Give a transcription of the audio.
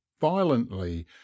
violently